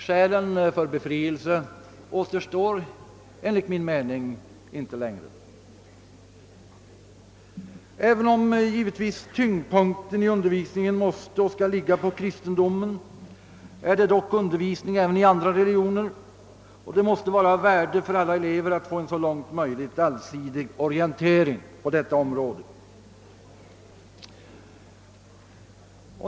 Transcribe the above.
Skälen för befrielse existerar enligt min mening inte längre. även om tyngdpunkten i religionsundervisningen givetvis skall ligga på kristendomen förekommer dock undervisning även i andra religioner, och det måste vara av värde för alla elever att erhålla en så allsidig orientering som möjligt på detta område.